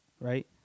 right